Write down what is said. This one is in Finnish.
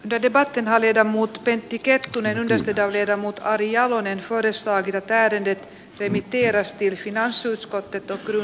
de debatina tiedä muut pentti kettunen yhdistetään jermut kari jalonen tuodessaan pidättäytynyt nimitti eversti finasutko että perustuslakivaliokuntaan